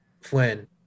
Flynn